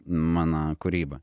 mano kūryba